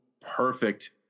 perfect